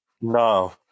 No